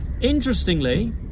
Interestingly